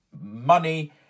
money